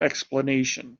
explanation